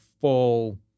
full